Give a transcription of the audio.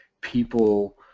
people